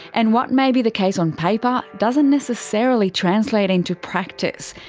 and what may be the case on paper doesn't necessarily translate into practice.